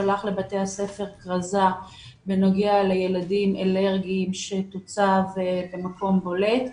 תישלח לבתי הספר כרזה בנוגע לילדים אלרגיים שתוצב במקום בולט.